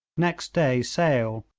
next day sale,